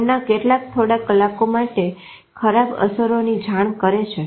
તેમાના કેટલાક થોડા કલાકો માટે ખરાબ અસરોની જાણ કરે છે